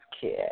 kid